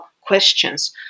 questions